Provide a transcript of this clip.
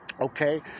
okay